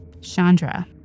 Chandra